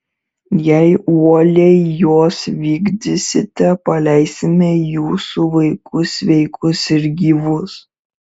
jei uoliai juos vykdysite paleisime jūsų vaikus sveikus ir gyvus